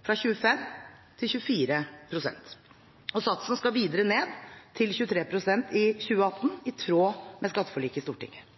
fra 25 til 24 pst. Satsen skal videre ned til 23 pst. i 2018, i tråd med skatteforliket i Stortinget.